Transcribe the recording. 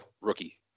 rookie